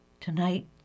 Tonight